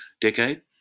decade